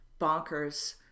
bonkers